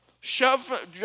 Shove